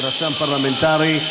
רשם פרלמנטרי,